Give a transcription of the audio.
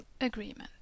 agreement